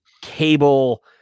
cable